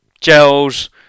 gels